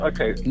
Okay